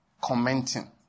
commenting